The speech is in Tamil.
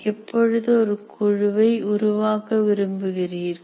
எப்பொழுது ஒரு குழுவை உருவாக்க விரும்புகிறீர்கள்